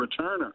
returner